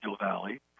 Valley